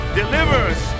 delivers